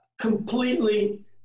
Completely